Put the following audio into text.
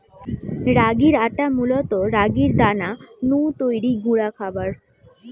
রাগির আটা মূলত রাগির দানা নু তৈরি গুঁড়া খাবার